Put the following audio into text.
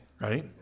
right